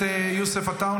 חברת הכנסת יוליה מלינובסקי,